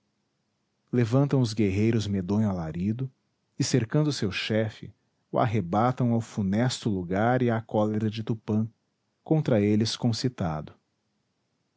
levantam os guerreiros medonho alarido e cercando seu chefe o arrebatam ao funesto lugar e à cólera de tupã contra eles concitado